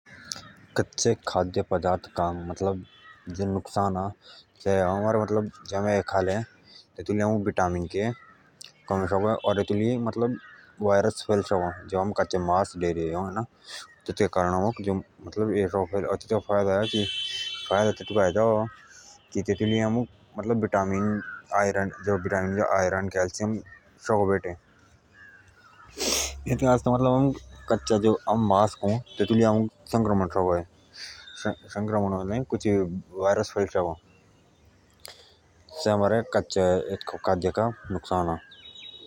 कच्चे खाद्य पदार्थों का मतलब अ जे आमे एथॉक खाले इतिहोक लिया आमुक विटामिन के कमी शकों अ और जे आमे कच्चे मास खाले तबे अओमुक प्रोटीन बेटो और कच्चे मास स लिया वायरस सको फैले कच्चे मास स लिया आमुक संक्रमण सको फैले।